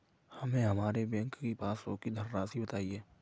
हमें हमारे बैंक की पासबुक की धन राशि बताइए